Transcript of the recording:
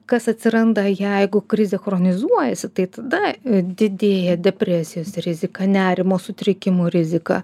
kas atsiranda jeigu krizė chronizuojasi tai tada didėja depresijos rizika nerimo sutrikimų rizika